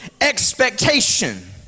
expectation